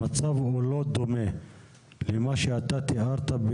ישראל המצב לא דומה למה שאתה תיארת,